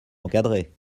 encadrées